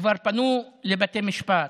כבר פנו לבתי משפט.